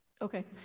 Okay